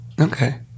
okay